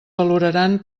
valoraran